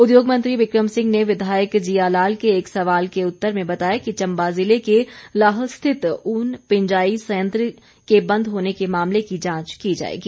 उद्योग मंत्री बिक्रम सिंह ने विधायक जिया लाल के एक सवाल के उत्तर में बताया कि चंबा जिले के लाहल स्थित ऊन पिंजाई संयंत्र के बंद होने के मामले की जांच की जाएगी